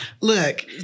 look